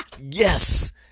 yes